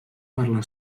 parla